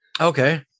okay